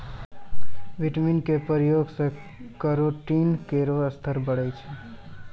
vitamin क प्रयोग सें केरोटीन केरो स्तर बढ़ै छै